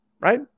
right